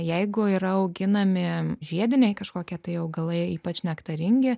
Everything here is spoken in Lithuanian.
jeigu yra auginami žiediniai kažkokia tai augalai ypač nektaringi